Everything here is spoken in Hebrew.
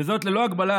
ללא הגבלה